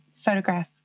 photograph